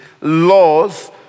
laws